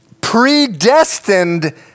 predestined